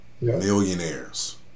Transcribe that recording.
millionaires